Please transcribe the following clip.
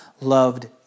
loved